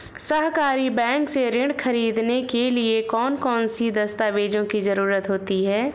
सहकारी बैंक से ऋण ख़रीदने के लिए कौन कौन से दस्तावेजों की ज़रुरत होती है?